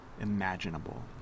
imaginable